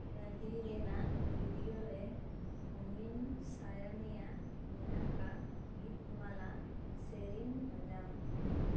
ᱜᱟᱰᱤ ᱨᱮᱱᱟᱜ ᱨᱮᱰᱤᱭᱳ ᱨᱮ ᱚᱢᱤᱱ ᱥᱟᱭᱚᱱᱤᱭᱟ ᱵᱤᱱᱟᱠᱟ ᱜᱤᱛᱢᱟᱞᱟ ᱥᱮᱨᱮᱧ ᱵᱟᱡᱟᱣ ᱢᱮ